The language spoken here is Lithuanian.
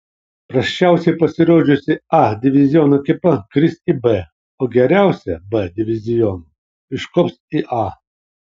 prasčiausiai pasirodžiusi a diviziono ekipa kris į b o geriausia b diviziono iškops į a